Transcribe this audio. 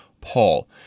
Paul